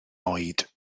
oed